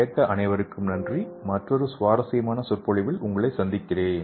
கேட்ட அனைவருக்கும் நன்றி மற்றொரு சுவாரஸ்யமான சொற்பொழிவில் உங்களை சந்திக்கிறேன்